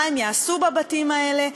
מה הם יעשו בבתים האלה,